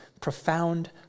profound